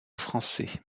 français